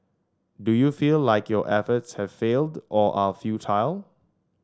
do you feel like your efforts have failed or are futile